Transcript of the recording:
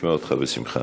נשמע אותך בשמחה.